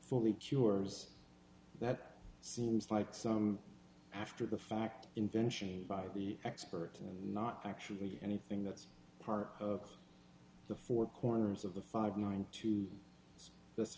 fully cures that seems like some after the fact invention by the experts and not actually anything that's part of the four corners of the fifty nine to th